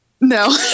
No